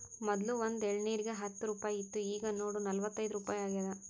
ಮೊದ್ಲು ಒಂದ್ ಎಳ್ನೀರಿಗ ಹತ್ತ ರುಪಾಯಿ ಇತ್ತು ಈಗ್ ನೋಡು ನಲ್ವತೈದು ರುಪಾಯಿ ಆಗ್ಯಾದ್